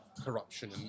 Corruption